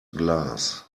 glass